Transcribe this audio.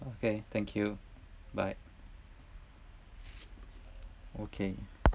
okay thank you bye okay